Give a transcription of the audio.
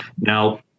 Now